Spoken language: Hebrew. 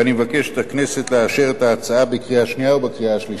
ואני מבקש את הכנסת לאשר את ההצעה בקריאה שנייה ובקריאה השלישית.